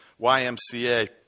YMCA